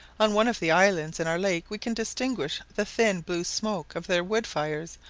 on one of the islands in our lake we can distinguish the thin blue smoke of their wood fires,